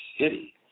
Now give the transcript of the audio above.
City